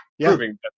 proving